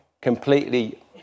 completely